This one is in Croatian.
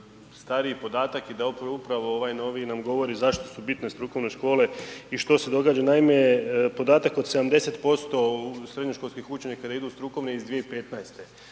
stariji podatak i da upravo ovaj novi nam govori zašto su bitne strukovne škole i što se događa. Naime, podatak od 70% u srednjoškolskih učenika da idu u strukovne je iz 2015.